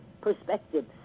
perspectives